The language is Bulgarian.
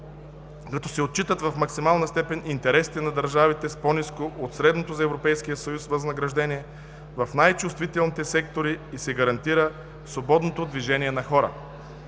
като се отчитат в максимална степен интересите на държавите с по-ниско от средното за Европейския съюз възнаграждение в най-чувствителните сектори и се гарантира свободното движение на хора;